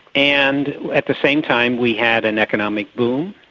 and at the same time we had an economic boom,